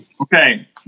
Okay